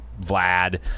Vlad